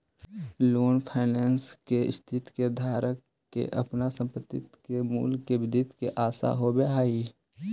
long finance के स्थिति में धारक के अपन संपत्ति के मूल्य में वृद्धि के आशा होवऽ हई